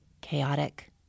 chaotic